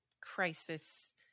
crisis